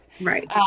Right